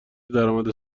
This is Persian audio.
درآمد